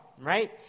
right